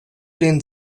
den